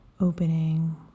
opening